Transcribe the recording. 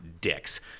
dicks